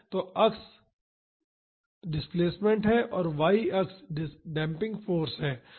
तो x अक्ष displacement है और y अक्ष डेम्पिंग फाॅर्स है